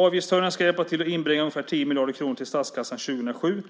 Avgiftshöjningarna ska hjälpa till att inbringa ungefär 10 miljarder till statskassan år 2007.